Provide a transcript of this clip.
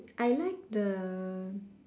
I like the